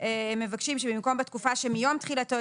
הם מבקשים שבמקום "בתקופה שמיום תחילתו"